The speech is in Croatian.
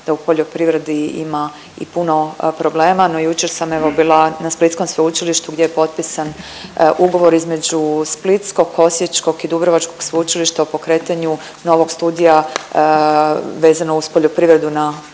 da u poljoprivredi ima i puno problema. No, jučer sam evo bila na splitskom sveučilištu gdje je potpisan ugovor između splitskog, osječkog i dubrovačkog sveučilišta o pokretanju novog studija vezano uz poljoprivredu na Mediteranu.